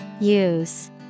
Use